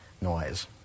noise